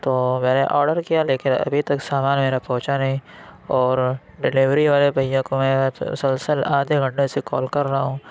تو میں نے آڈر کیا لیکن ابھی تک سامان میرا پہنچا نہیں اور ڈلیوری والے بھیا کو میں مسلسل آدھے گھنٹے سے کال کر رہا ہوں